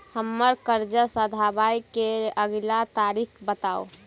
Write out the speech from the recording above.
हम्मर कर्जा सधाबई केँ अगिला तारीख बताऊ?